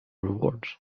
rewards